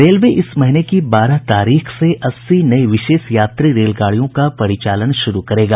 railway इस महीने की बारह तारीख से अस्सी नई विशेष यात्री रेलगाडियों का परिचालन शुरू करेगा